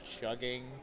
chugging